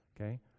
Okay